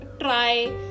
try